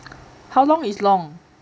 how long is long